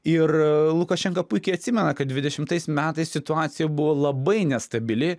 ir lukašenka puikiai atsimena kad dvidešimtais metais situacija buvo labai nestabili